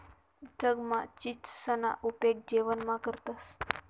जगमा चीचसना उपेग जेवणमा करतंस